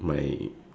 my